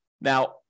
Now